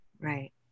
Right